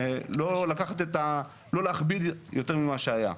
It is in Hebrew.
לא להכביד יותר ממה שהיה.